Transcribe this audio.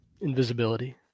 Invisibility